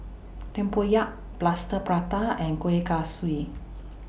Tempoyak Plaster Prata and Kuih Kaswi